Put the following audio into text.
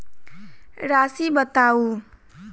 राशि बताउ